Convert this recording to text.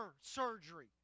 surgery